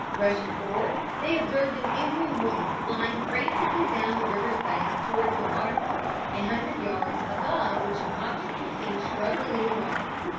rushing forward they observed an indian woman flying frantically down the river's bank towards the waterfall, a hundred yards above which an object was seen struggling in the water.